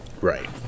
Right